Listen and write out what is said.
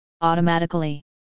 Automatically